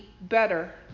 better